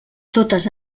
totes